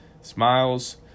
Smiles